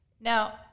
Now